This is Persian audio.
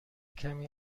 کمی